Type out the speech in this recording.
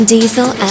Diesel